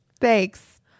Thanks